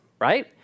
right